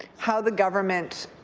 how the government